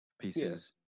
pieces